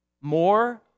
more